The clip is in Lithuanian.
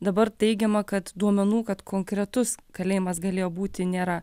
dabar teigiama kad duomenų kad konkretus kalėjimas galėjo būti nėra